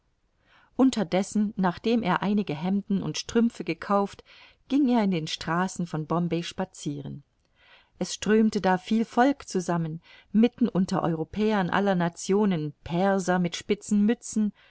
unterdessen nachdem er einige hemden und strümpfe gekauft ging er in den straßen von bombay spazieren es strömte da viel volk zusammen mitten unter europäern aller nationalitäten perser mit spitzen mützen